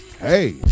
Hey